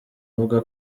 avuga